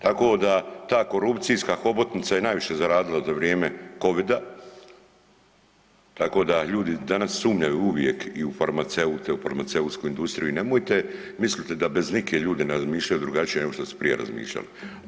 Tako da ta korupcijska hobotnica je najviše zaradila za vrijeme COVID-a tako da ljudi danas sumnjaju uvijek i u farmaceute, u farmaceutsku industriju i nemojte misliti da bez … [[ne razumije se]] ljudi ne razmišljaju drugačije, nego što su prije razmišljali.